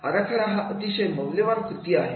आराखडा हा अतिशय मौल्यवान कृती आहे